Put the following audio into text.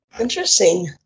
Interesting